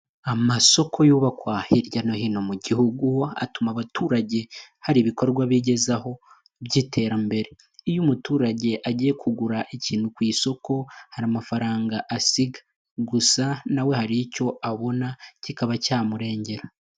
Amasoko yubakwa hirya no hino mu gihugu, atuma abaturage hari ibikorwa bigezaho by'iterambere, iyo umuturage agiye kugura ikintu ku isoko, hari amafaranga asiga, gusa nawe hari icyo abona kikaba cyamurengera.